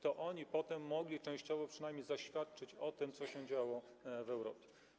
To oni potem mogli częściowo przynajmniej zaświadczyć o tym, co się działo w Europie.